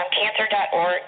Cancer.org